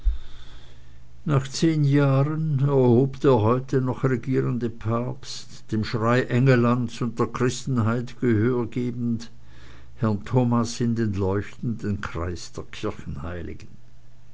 nach zehn jahren erhob der noch heute regierende papst dem schrei engellands und der christenheit gehör gebend herrn thomas in den leuchtenden kreis der